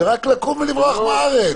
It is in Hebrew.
זה רק לקום ולברוח מהארץ,